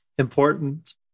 important